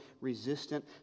resistant